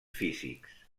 físics